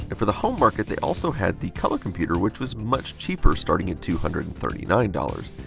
and for the home market, they also had the color computer, which was much cheaper, starting at two hundred and thirty nine dollars.